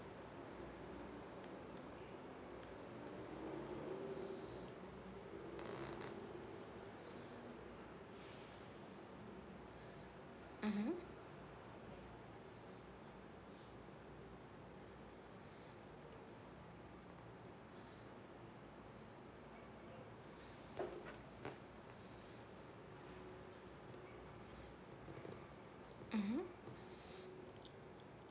(uh huh) (uh huh)